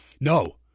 No